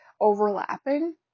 overlapping